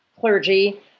clergy